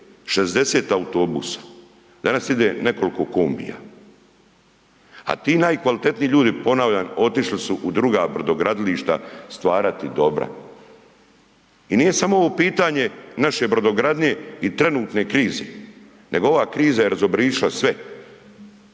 60 autobusa, danas ide nekolko kombija. A ti najkvalitetniji ljudi, ponavljam, otišli su u druga brodogradilišta stvarati dobra. I nije samo ovo pitanje naše brodogradnje i trenutne krize, nego ova kriza je razobrišila sve.